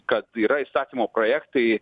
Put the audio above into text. kad yra įstatymo projektai